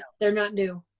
they're not new.